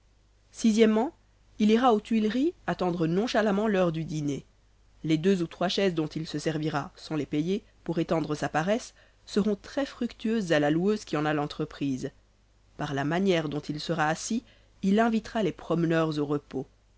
o il ira aux tuileries attendre nonchalamment l'heure du dîner les deux ou trois chaises dont il se servira sans les payer pour étendre sa paresse seront très fructueuses à la loueuse qui en a l'entreprise par la manière dont il sera assis il invitera les promeneurs au repos